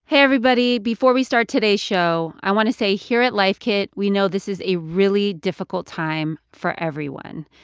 hey, everybody. before we start today's show, i want to say here at life kit, we know this is a really difficult time for everyone.